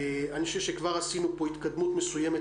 אני חושב שכבר עשינו פה התקדמות מסוימת